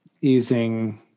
easing